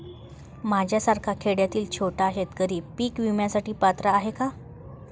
माझ्यासारखा खेड्यातील छोटा शेतकरी पीक विम्यासाठी पात्र आहे का?